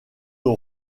aux